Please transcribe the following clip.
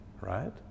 right